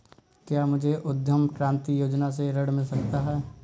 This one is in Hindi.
क्या मुझे उद्यम क्रांति योजना से ऋण मिल सकता है?